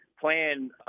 plan